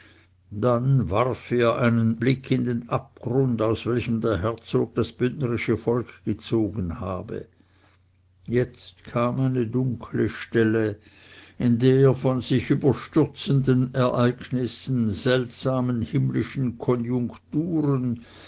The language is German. dann warf er einen blick in den abgrund aus welchem der herzog das bündnerische volk gezogen habe jetzt kam eine dunkle stelle in der von sich überstürzenden ereignissen seltsamen himmlischen konjunkturen